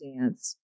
dance